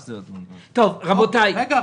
רגע,